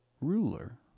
Ruler